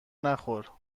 نخور